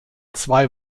zwei